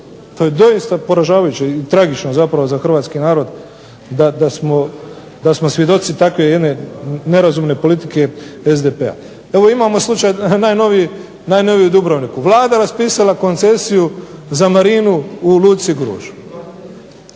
To je doista poražavajuće i tragično za hrvatski narod, da smo svjedoci jedne takve politike SDP-a. Evo imamo slučaj najnoviji u Dubrovniku. Vlada raspisala koncesiju za Marinu u Luci Gružu.